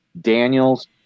Daniels